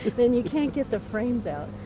then you can't get the frames out.